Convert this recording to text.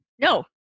no